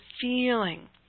feeling